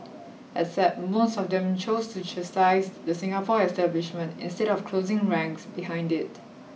except most of them chose to chastise the Singapore establishment instead of closing ranks behind it